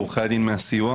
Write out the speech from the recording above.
עורכי הדין מהסיוע.